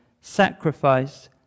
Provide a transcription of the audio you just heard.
sacrifice